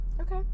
Okay